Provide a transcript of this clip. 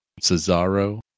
Cesaro